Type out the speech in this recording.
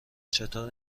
چطور